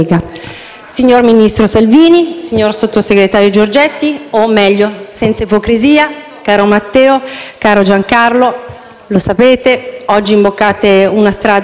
Signor ministro Salvini, signor sottosegretario Giorgetti, o meglio, senza ipocrisia, caro Matteo, caro Giancarlo, lo sapete, oggi imboccate una strada